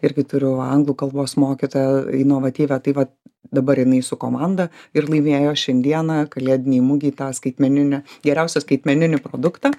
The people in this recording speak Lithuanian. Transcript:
irgi turiu anglų kalbos mokytoją inovatyvią tai vat dabar jinai su komanda ir laimėjo šiandieną kalėdinei mugei tą skaitmeninę geriausią skaitmeninį produktą